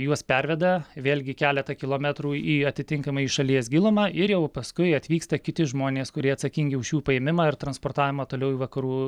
juos perveda vėlgi keletą kilometrų į atitinkamai į šalies gilumą ir jau paskui atvyksta kiti žmonės kurie atsakingi už jų paėmimą ir transportavimą toliau į vakarų